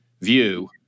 view